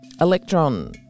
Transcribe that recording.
electron